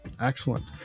Excellent